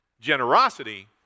Generosity